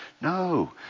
No